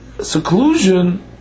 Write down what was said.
seclusion